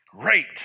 Great